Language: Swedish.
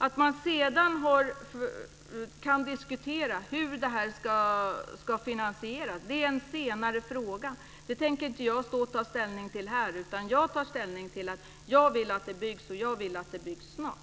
Sedan går det att diskutera hur detta ska finansieras. Det är en senare fråga. Den tänker jag inte ta ställning till här. Jag tar ställning till att jag vill att det ska byggas snart.